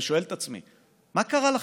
ושואל את עצמי: מה קרה לכם?